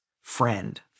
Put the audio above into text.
friend